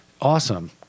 Awesome